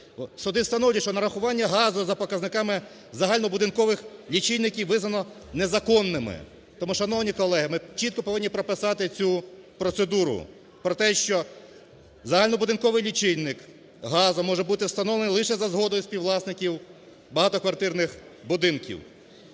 Суди встановлюють, що нарахування газу за показниками загальнобудинкових лічильників визнано незаконними. Тому, шановні колеги, ми чітко повинні прописати цю процедуру про те, що загальнобудинковий лічильник газу може бути встановлений лише за згодою співвласників багатоквартирних будинків.